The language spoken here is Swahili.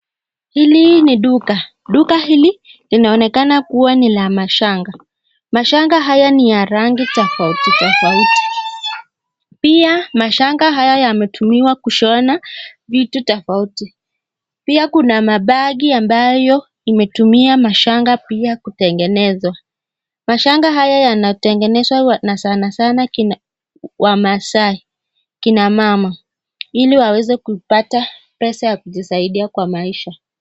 Hili ni duka. Duka hili linaonekana kuwa ni la mashanga , mashanga haya ni ya rangi tofauti tofauti . Pia mashanga haya yametumiwa kushona vitu tofauti. Pia kuna mabagi ambayo imetumia mashanga pia kutengenezwa. Mashanga haya yanatengenezwa sana sana na kina wamaasai, kina wamama ili waweze kupata pesa ya kujisaidia kwa maisha.